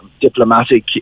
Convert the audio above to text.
diplomatic